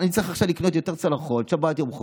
אני צריך עכשיו לקנות יותר צלחות, שבת, יום חול.